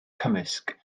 cymysg